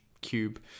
cube